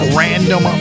random